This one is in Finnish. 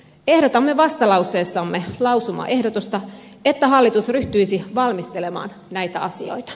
ehdotamme vastalauseessamme lausumaehdotusta että hallitus ryhtyisi valmistelemaan näitä asioita